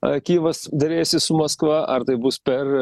ar kyjivas derėsis su maskva ar tai bus per